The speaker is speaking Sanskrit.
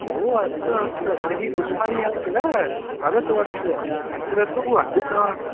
ओ अस्तु अस्तु तर्हि पुष्पानि एव किल वदतु वदतु अत्र तु अधिकं